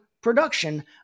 production